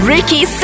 Ricky